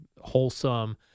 wholesome